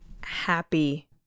happy